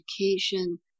education